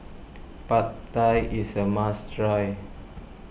Pad Thai is a must try